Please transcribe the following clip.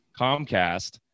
Comcast